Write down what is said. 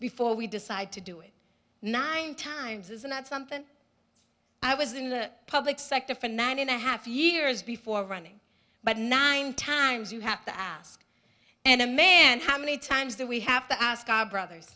before we decide to do it nine times isn't that something i was in the public sector for nine and a half years before running but nine times you have to ask and a man how many times that we have to ask our brothers